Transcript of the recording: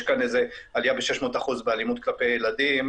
כאן איזה עלייה ב-600% באלימות כלפי ילדים,